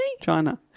China